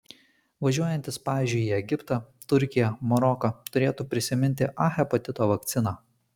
važiuojantys pavyzdžiui į egiptą turkiją maroką turėtų prisiminti a hepatito vakciną